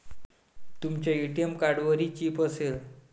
तुमच्या ए.टी.एम कार्डवरही चिप असेल